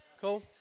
Cool